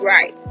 Right